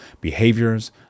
behaviors